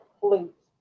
flute